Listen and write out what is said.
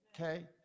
okay